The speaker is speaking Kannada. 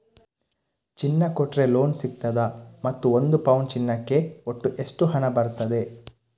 ಚಿನ್ನ ಕೊಟ್ರೆ ಲೋನ್ ಸಿಗ್ತದಾ ಮತ್ತು ಒಂದು ಪೌನು ಚಿನ್ನಕ್ಕೆ ಒಟ್ಟು ಎಷ್ಟು ಹಣ ಬರ್ತದೆ?